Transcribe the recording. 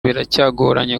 biracyagoranye